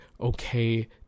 okay